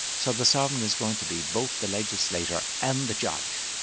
so the sovereign is going to be both the legislator and the judge,